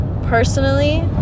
personally